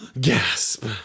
Gasp